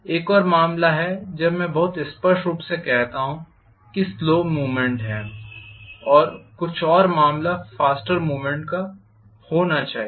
एक और मामला है जब मैं बहुत स्पष्ट रूप से कहता हूं कि स्लो मूव्मेंट है कुछ और मामला फास्टर मूव्मेंट का होना चाहिए